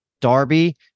Darby